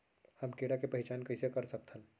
हम कीड़ा के पहिचान कईसे कर सकथन